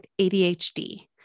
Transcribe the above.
ADHD